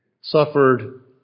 suffered